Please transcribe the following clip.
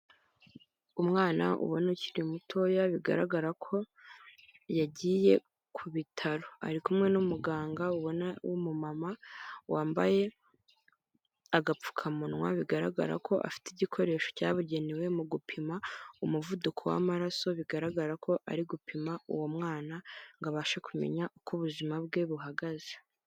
Umwana ubona ukiri mutoya bigaragara ko yagiye ku bitaro. Ari kumwe n'umuganga ubona w'umumama wambaye agapfukamunwa bigaragara ko afite igikoresho cyabugenewe mu gupima umuvuduko w'amaraso, bigaragara ko ari gupima uwo mwana ngo abashe kumenya uko ubuzima bwe buhagaze.